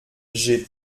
j’ai